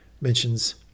mentions